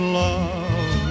love